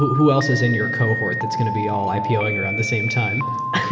who who else is in your cohort that's going to be all ipoing around the same time?